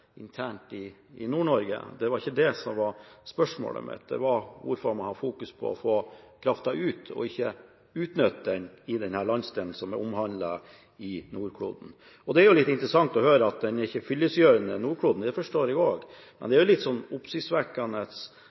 internt i Nord-Norge. Det var ikke det som var spørsmålet mitt, det var hvorfor man har fokus på å få kraften ut og ikke utnytte den i denne landsdelen som er omhandlet i rapporten Nordkloden. Det er interessant å høre at Nordkloden ikke er fyllestgjørende. Det forstår jeg også, men det er litt oppsiktsvekkende